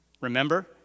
remember